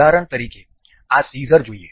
ઉદાહરણ તરીકે આ સિઝર જોઈએ